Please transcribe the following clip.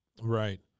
Right